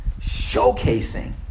showcasing